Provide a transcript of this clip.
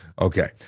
Okay